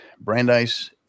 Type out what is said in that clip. Brandeis